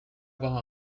avoir